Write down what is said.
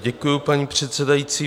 Děkuji, paní předsedající.